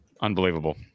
Unbelievable